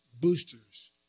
boosters